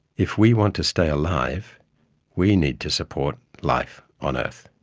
if we want to stay alive we need to support life on earth.